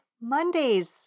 Mondays